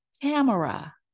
Tamara